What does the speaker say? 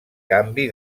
canvi